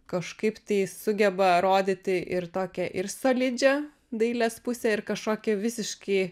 kažkaip tai sugeba rodyti ir tokią ir solidžią dailės pusę ir kažkokią visiški